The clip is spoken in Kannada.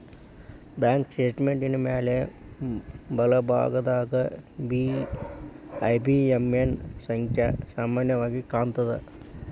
ಬ್ಯಾಂಕ್ ಸ್ಟೇಟ್ಮೆಂಟಿನ್ ಮ್ಯಾಲಿನ್ ಬಲಭಾಗದಾಗ ಐ.ಬಿ.ಎ.ಎನ್ ಸಂಖ್ಯಾ ಸಾಮಾನ್ಯವಾಗಿ ಕಾಣ್ತದ